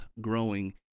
growing